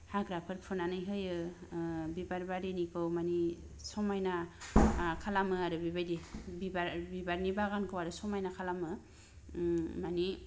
हाग्राफोर फुनानै होयो ओ बिबार बारिनिखौ माने समायना खालामो आरो बेबायदि बिबार बिबारनि बागानखौ आरो समायना खालामो ओम माने